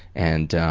and.